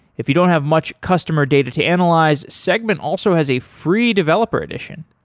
if you don't have much customer data to analyze, segment also has a free developer edition.